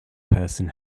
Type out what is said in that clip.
person